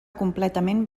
completament